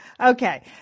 okay